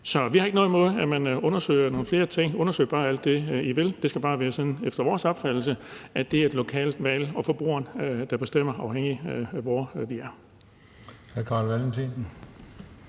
Så vi har ikke noget imod, at man undersøger nogle flere ting. Undersøg bare alt det, I vil. Det skal bare efter vores opfattelse være sådan, at det er et lokalt valg, og at det er forbrugeren, der bestemmer, afhængigt af hvor vi er.